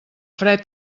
fred